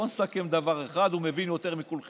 בוא נסכם דבר אחד: הוא מבין יותר מכולכם